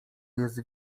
jest